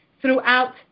throughout